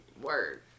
Word